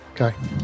Okay